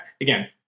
again